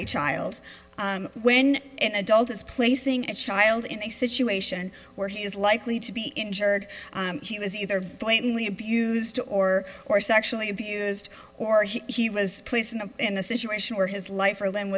a child when an adult is placing a child in a situation where he is likely to be injured he was either blatantly abused or or sexually abused or he was placed in a situation where his life or limb